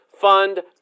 fund